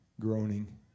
groaning